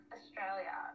Australia